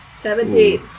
Seventeen